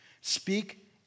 Speak